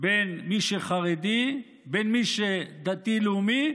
בין מי שחרדי למי שהוא דתי-לאומי,